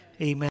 Amen